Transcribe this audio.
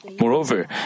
Moreover